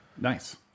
Nice